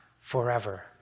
forever